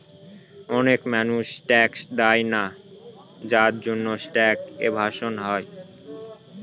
অনেক মানুষ ট্যাক্স দেয়না যার জন্যে ট্যাক্স এভাসন হয়